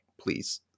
please